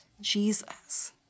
Jesus